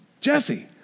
Jesse